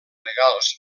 legals